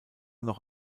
noch